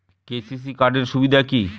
KCC card এর সুবিধা কি?